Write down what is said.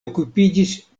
okupiĝis